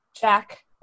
Jack